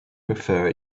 prefer